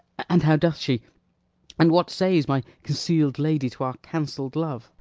and how doth she and what says my conceal'd lady to our cancell'd love?